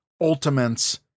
Ultimates